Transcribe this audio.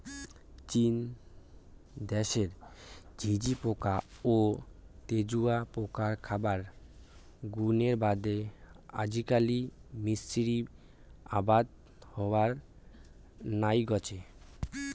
চীন দ্যাশের ঝিঁঝিপোকা ও তেলুয়াপোকার খাবার গুণের বাদে আজিকালি মিশ্রিত আবাদ হবার নাইগচে